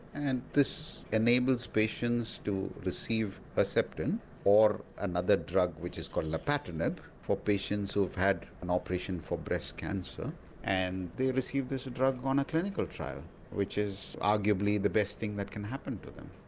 and this enables patients to receive herceptin or another drug which is called lapatinib for patients who've had an operation for breast cancer and they receive this drug ah in a clinical trial which is arguably the best thing that can happen to them.